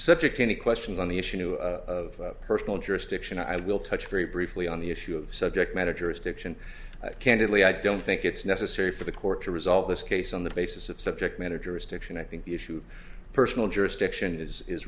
subject any questions on the issue of personal jurisdiction i will touch very briefly on the issue of subject matter jurisdiction candidly i don't think it's necessary for the court to resolve this case on the basis of subject matter jurisdiction i think the issue of personal jurisdiction is